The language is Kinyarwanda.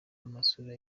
amasura